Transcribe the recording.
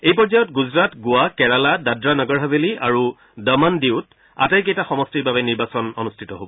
এই পৰ্যায়ত গুজৰাট গোৱা কেৰালা দাদ্ৰা নগৰ হাভেলী আৰু দমন ডিউত আটাইকেইটা সমষ্টিৰ বাবে নিৰ্বাচন অনুষ্ঠিত হ'ব